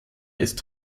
ist